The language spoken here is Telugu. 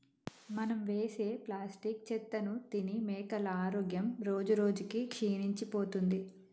మనం వేసే ప్లాస్టిక్ చెత్తను తిని మేకల ఆరోగ్యం రోజురోజుకి క్షీణించిపోతుంది